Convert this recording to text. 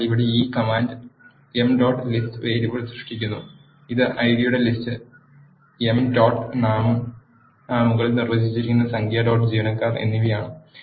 അതിനാൽ ഇവിടെ ഈ command M dot list variable സൃഷ്ടിക്കുന്നു ഇത് ഐഡിയുടെ ലിസ്റ്റ് എംപ് ഡോട്ട് നാമം മുകളിൽ നിർവചിച്ചിരിക്കുന്ന സംഖ്യ ഡോട്ട് ജീവനക്കാർ എന്നിവയാണ്